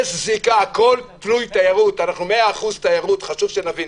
יש זיקה, הכול תלוי תיירות, חשוב שנבין